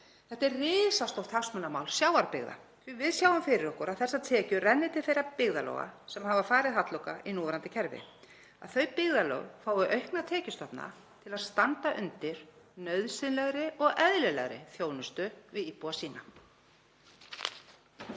Þetta er risastórt hagsmunamál sjávarbyggða. Við sjáum fyrir okkur að þessar tekjur renni til þeirra byggðarlaga sem hafa farið halloka í núverandi kerfi, að þau byggðarlög fái aukna tekjustofna til að standa undir nauðsynlegri og eðlilegri þjónustu við íbúa sína.